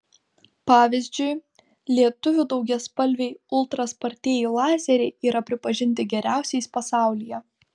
pavyzdžiui lietuvių daugiaspalviai ultra spartieji lazeriai yra pripažinti geriausiais pasaulyje